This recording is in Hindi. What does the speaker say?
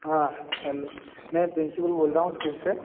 हाँ हेलो मैं प्रिंसिपल प्रिंसिपल बोल रहा हूँ स्कूल से